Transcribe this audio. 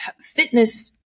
fitness